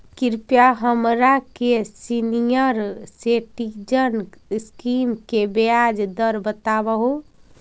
कृपा हमरा के सीनियर सिटीजन स्कीम के ब्याज दर बतावहुं